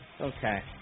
Okay